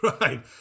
right